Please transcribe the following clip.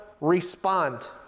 respond